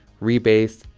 rebase,